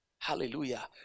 Hallelujah